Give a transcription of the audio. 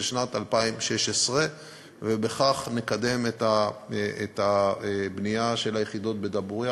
שנת 2016. בכך נקדם את הבנייה של היחידות בדבורייה.